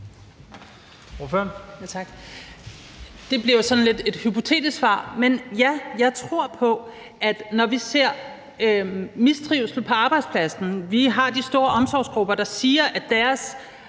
Det bliver sådan lidt et hypotetisk svar, men ja, hvad angår mistrivsel på arbejdspladsen, tror jeg på de store omsorgsgrupper, der siger, at deres